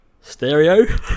Stereo